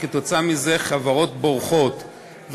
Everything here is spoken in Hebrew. וכתוצאה מזה חברות בורחות,